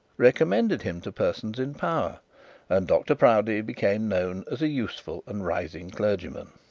recommended him to persons in power and dr proudie became known as a useful and rising clergyman.